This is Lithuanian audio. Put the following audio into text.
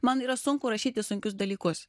man yra sunku rašyti sunkius dalykus